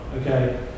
okay